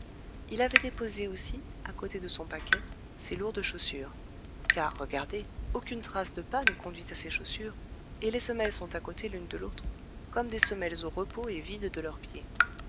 il avait déposé aussi à côté de son paquet ses lourdes chaussures car regardez aucune trace de pas ne conduit à ces chaussures et les semelles sont à côté l'une de l'autre comme des semelles au repos et vides de leurs pieds